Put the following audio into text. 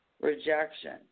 rejection